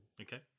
Okay